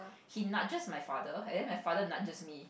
he nudges my father and then my father nudges me